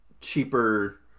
cheaper